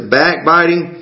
backbiting